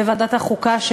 בוועדת החוקה,